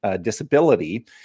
disability